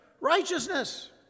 righteousness